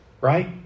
right